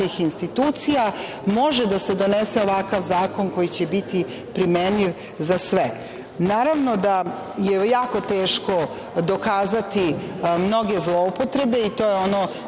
institucija, može da se donese ovakav zakon koji će biti primenljiv za sve. Naravno da je jako teško dokazati mnoge zloupotrebe i to je ono